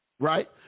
Right